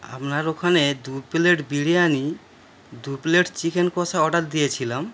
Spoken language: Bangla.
আপনার ওখানে দু প্লেট বিরিয়ানি দু প্লেট চিকেন কষা অর্ডার দিয়েছিলাম